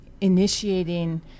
initiating